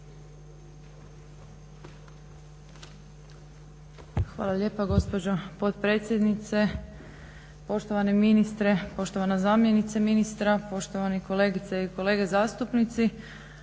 Hvala lijepo gospođo potpredsjednice. Poštovani ministre, poštovana zamjenice ministra, poštovani kolegice i kolege zastupnici.